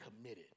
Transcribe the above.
committed